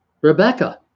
Rebecca